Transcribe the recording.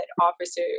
officer